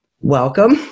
welcome